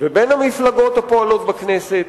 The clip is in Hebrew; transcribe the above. ובין המפלגות הפועלות בכנסת,